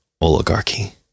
oligarchy